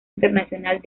internacional